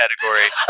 category